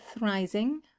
rising